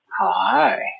Hi